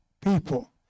people